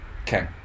okay